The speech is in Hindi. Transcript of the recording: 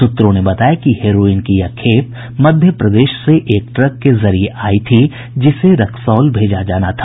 सूत्रों ने बताया कि हेरोईन की यह खेप मध्य प्रदेश से एक ट्रक के जरिये आयी थी जिसे रक्सौल भेजा जाना था